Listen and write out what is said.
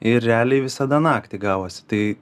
ir realiai visada naktį gavosi tai